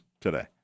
today